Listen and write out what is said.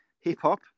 Hip-hop